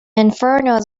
inferno